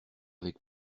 avec